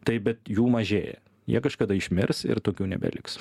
taip bet jų mažėja jie kažkada išmirs ir tokių nebeliks